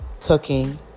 cooking